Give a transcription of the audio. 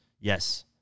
yes